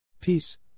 Peace